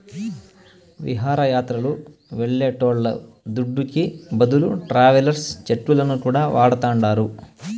విహారయాత్రలు వెళ్లేటోళ్ల దుడ్డుకి బదులు ట్రావెలర్స్ చెక్కులను కూడా వాడతాండారు